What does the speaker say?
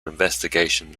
investigation